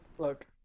Look